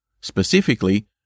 specifically